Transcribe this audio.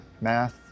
math